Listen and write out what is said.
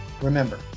Remember